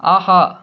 ஆஹா